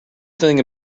thing